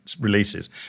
releases